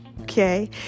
okay